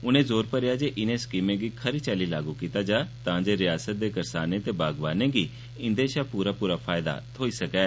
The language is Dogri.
उनें जोर भरेआ जे इने स्कीमें गी खरी चाल्ली लागू कीता जा तां जे रियासत दे करसानें ते बागवाने गी इंदे शा पूरा पूरा फायदा थ्होई सकै